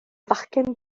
fachgen